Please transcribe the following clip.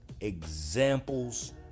examples